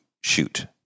shoot